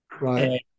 Right